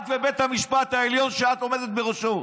את ובית המשפט העליון שאת עומדת בראשו.